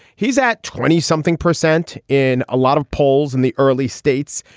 he's at twenty something percent in a lot of polls in the early states,